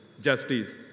Justice